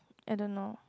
I don't know